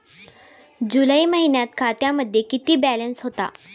जुलै महिन्यात खात्यामध्ये किती बॅलन्स होता?